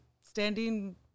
standing